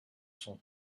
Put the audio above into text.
son